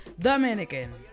Dominican